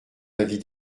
l’avis